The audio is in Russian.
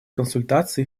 консультации